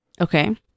Okay